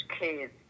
kids